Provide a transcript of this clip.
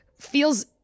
feels